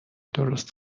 درست